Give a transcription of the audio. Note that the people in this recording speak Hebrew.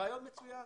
רעיון מצוין.